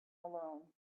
alone